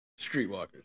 streetwalkers